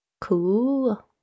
Cool